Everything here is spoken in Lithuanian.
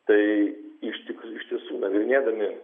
tai iš tik iš tiesų nagrinėdami